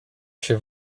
się